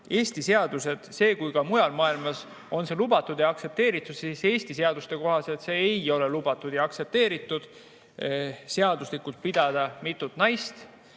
Tõesti, isegi kui mujal maailmas on see lubatud ja aktsepteeritud, siis Eesti seaduste kohaselt ei ole lubatud ega aktsepteeritud seaduslikult pidada mitut naist.